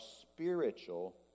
spiritual